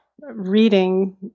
reading